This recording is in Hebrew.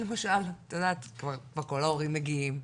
אבל כמו שאת יודעת לא כל ההורים מגיעים.